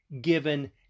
given